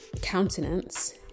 countenance